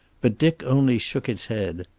but dick only shook his head.